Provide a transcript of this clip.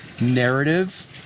narrative